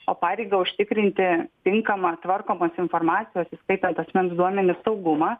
o pareigą užtikrinti tinkamą tvarkomos informacijos įskaitant asmens duomenis saugumą